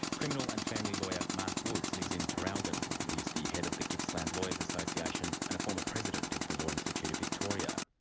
criminal and family lawyer, mark woods, lives in traralgon. he's the head of the gippsland lawyers association and a former president of the law institute of victoria.